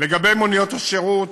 לגבי מוניות השירות,